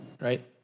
right